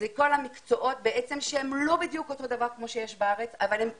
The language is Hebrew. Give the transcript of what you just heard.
כל המקצועות שהם לא בדיוק אותו הדבר כמו שיש בארץ אבל הם כמעט,